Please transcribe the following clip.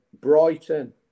Brighton